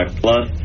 plus